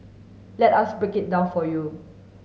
let us break it down for you